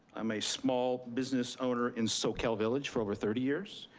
i'm a small business owner in soquel village for over thirty years.